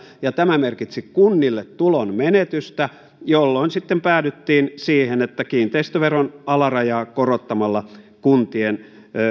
ja tämä merkitsi kunnille tulonmenetystä jolloin sitten päädyttiin siihen että kiinteistöveron alarajaa korottamalla kuntien